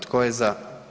Tko je za?